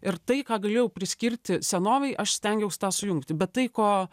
ir tai ką galėjau priskirti senovei aš stengiaus tą sujungti bet tai ko